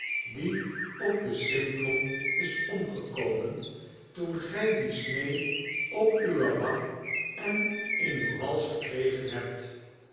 die op den simplon is omgekomen toen gij diesnee op uwe wang en in uw hals gekregen hebt